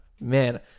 Man